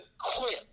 quit